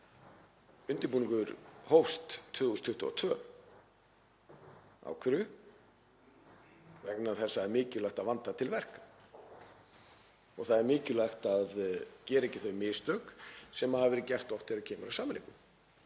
það að undirbúningur hófst 2022. Af hverju? Vegna þess að það er mikilvægt að vanda til verka og það er mikilvægt að gera ekki þau mistök sem hafa verið oft gerð í